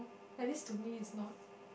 at least to me it's not